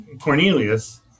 Cornelius